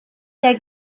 der